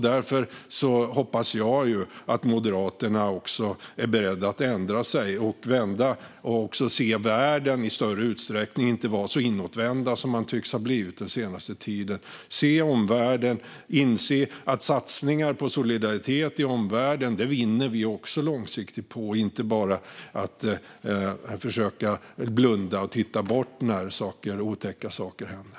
Därför hoppas jag att Moderaterna också är beredda att ändra sig och inte vara så inåtvända som de tycks ha blivit den senaste tiden utan se världen i större utsträckning. Se omvärlden och inse att vi långsiktigt vinner på satsningar på solidaritet i omvärlden! Man ska inte bara försöka att blunda och titta bort när otäcka saker händer.